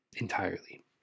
Entirely